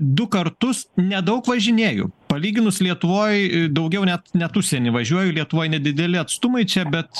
du kartus nedaug važinėju palyginus lietuvoj daugiau net net užsieny važiuoju lietuvoj nedideli atstumai čia bet